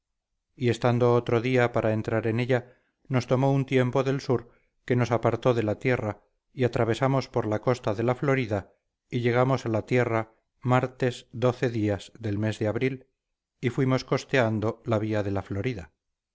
y estando otro día para entrar en ella nos tomó un tiempo de sur que nos apartó de la tierra y atravesamos por la costa de la florida y llegamos a la tierra martes días del mes de abril y fuimos costeando la vía de la florida